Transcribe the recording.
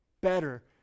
better